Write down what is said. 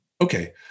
Okay